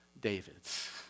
David's